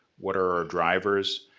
what are our drivers,